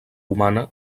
humana